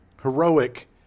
heroic